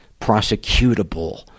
prosecutable